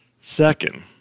Second